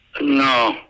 No